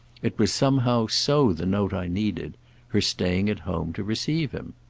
it was somehow so the note i needed her staying at home to receive him.